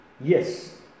Yes